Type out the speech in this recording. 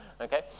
Okay